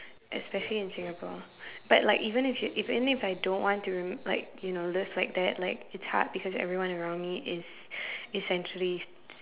especially in Singapore but like even if you even if I don't want to remem~ like you know live like that like it's hard because everyone around me is essentially